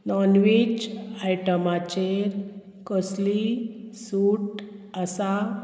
nonveg आयटमाचेर कसलीय suit आसा